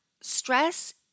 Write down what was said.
stress